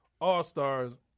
all-stars